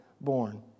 born